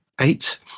Eight